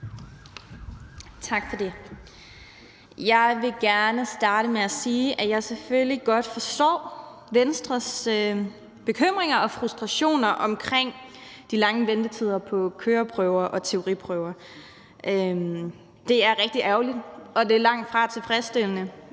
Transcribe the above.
Tak for det. Jeg vil gerne starte med at sige, at jeg selvfølgelig godt forstår Venstres bekymringer og frustrationer omkring de lange ventetider på køreprøver og teoriprøver. Det er rigtigt ærgerligt, og det er langtfra tilfredsstillende,